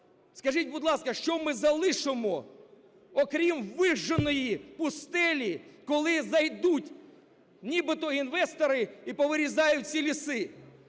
Скажіть, будь ласка, що ми залишимо, окрім вижженої пустелі, коли зайдуть нібито інвестори і повирізають усі ліси,